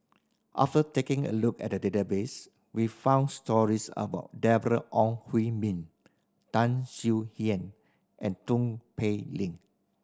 after taking a look at the database we found stories about Deborah Ong Hui Min Tan Swie Hian and Tong Pei Ling